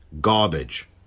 garbage